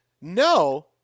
No